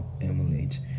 emulate